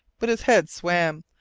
but his head swam,